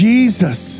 Jesus